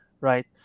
right